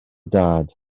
dad